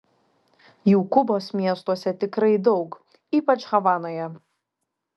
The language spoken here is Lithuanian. jų kubos miestuose tikrai daug ypač havanoje